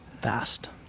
Fast